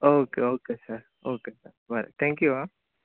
okay okay sir okay चल बरें thank you आ